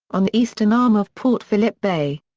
on the eastern arm of port phillip bay.